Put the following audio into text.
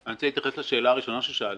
אני רוצה להתייחס לשאלה הראשונה ששאלת.